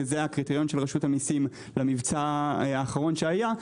שזה הקריטריון של רשות המיסים למבצע האחרון שהיה,